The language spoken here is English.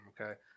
okay